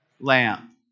lamp